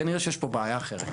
כנראה שיש פה בעיה אחרת.